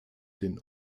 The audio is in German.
den